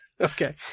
Okay